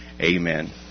amen